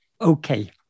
Okay